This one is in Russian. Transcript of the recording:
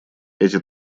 эти